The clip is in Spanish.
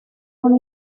una